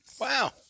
Wow